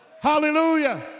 Hallelujah